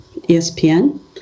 ESPN